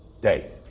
day